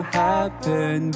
happen